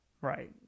Right